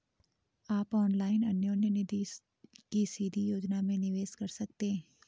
आप ऑनलाइन अन्योन्य निधि की सीधी योजना में निवेश कर सकते हैं